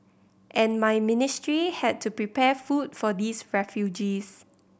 and my ministry had to prepare food for these refugees